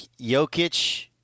Jokic